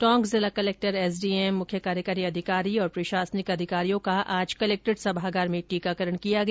टोंक जिला collector SDM मुख्य कार्यकार्री अधिकारी और प्रशासनिक अधिकारियों का आज कलेक्ट्रेट सभागार में टीकाकरण किया गया